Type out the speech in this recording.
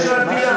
מה שלא סיימת,